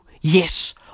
Yes